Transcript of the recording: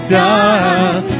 done